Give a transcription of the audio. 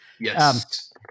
Yes